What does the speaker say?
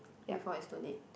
before is too late